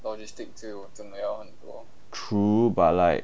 true but like